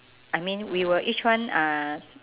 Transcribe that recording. I mean we will each one uh